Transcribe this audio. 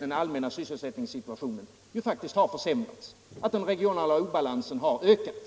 den allmänna sysselsättningssituationen har försämrats och att den regionala obalansen därigenom har ökat